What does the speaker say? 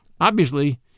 Obviously